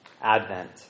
Advent